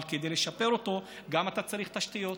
אבל כדי לשפר אותו אתה צריך תשתיות,